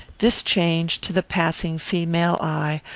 this change, to the passing female eye,